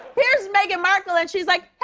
here's meghan markle and she's like, yeah